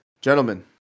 gentlemen